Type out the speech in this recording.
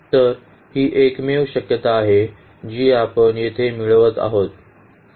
तर ही एकमेव शक्यता आहे जी आपण येथे मिळवत आहोत